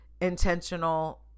intentional